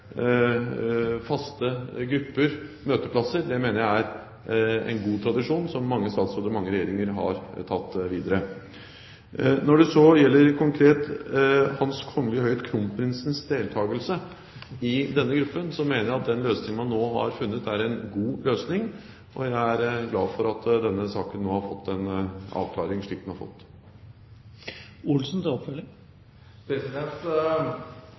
faste, grupper, møteplasser, mener jeg er en god tradisjon som mange statsråder og mange regjeringer har tatt videre. Når det så gjelder Hans Kongelige Høyhet Kronprinsens deltakelse i denne gruppen, mener jeg den løsningen man nå har funnet, er en god løsning. Jeg er glad for at denne saken nå har fått en avklaring, slik den har